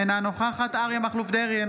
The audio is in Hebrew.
אינה נוכחת אריה מכלוף דרעי,